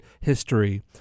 history